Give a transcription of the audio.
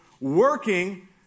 working